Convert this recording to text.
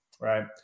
Right